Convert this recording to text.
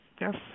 yes